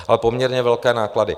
A poměrně velké náklady.